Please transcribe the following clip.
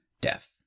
death